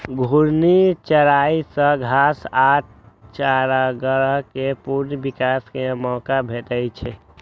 घूर्णी चराइ सं घास आ चारागाह कें पुनः विकास के मौका भेटै छै